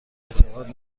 اعتقاد